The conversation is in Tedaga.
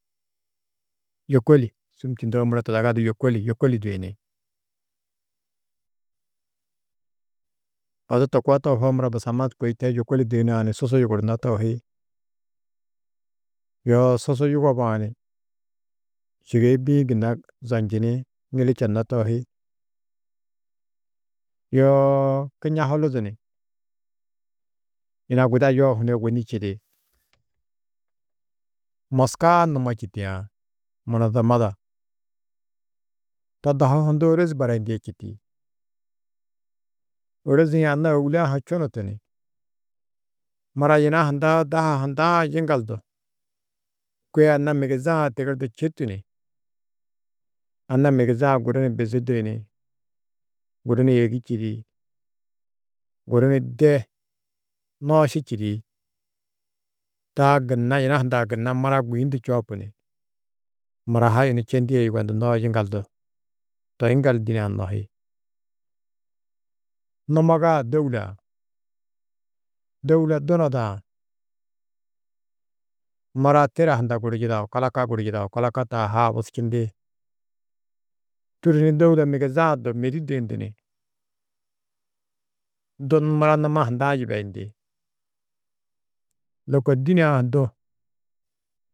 Yôkoli, sûm čundoo muro Tudaga du yôkoli, yôkoli duyini. Odu to koo tohoo muro busamma kôi to yôkoli duyinã ni susu yuguruunnó tohi. Yoo susu yugobã ni šîgei bî-ĩ gunna zonjini, ŋili čennó tohi, yoo kiñahulu du ni yina guda yohu ni ôwonni čidi. Moska-ã numo čitiã "Munozamada". To dahu hundu ôrozi barayindîe čîti. Ôrozi-ĩ anna ôwule-ã ha čunutu ni, mura yina hundã daha hundã yiŋgaldu kôe anna migiza-ã tigirdu čitu ni, anna migiza-ã guru ni bizi duyini guru ni êgi čîdi guru ni de nooši čîdi. Taa gunna yina hundã gunna mura gûyindu čoopu ni mura ha yunu čendîe yugondunnoó yiŋgaldu toi yiŋgaldu dîne-ã nohi. Numagaa dôula, dôula dunoda-ã mura tira hunda guru yidao kalaka guru yidao, kalaka taa ha abusčindi, tûrru ni dôula migiza-ã du mêdi duyindu ni du numa hundã yibeyindi.